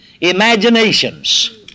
imaginations